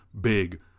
big